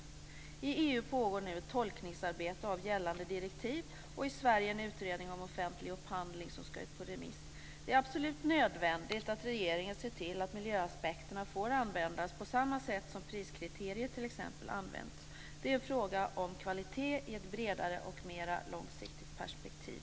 I EU pågår nu ett tolkningsarbete av gällande direktiv och i Sverige en utredning om offentlig upphandling som ska ut på remiss. Det är absolut nödvändigt att regeringen ser till att miljöaspekterna får användas på samma sätt som t.ex. priskriteriet används. Det är en fråga om kvalitet i ett bredare och mera långsiktigt perspektiv.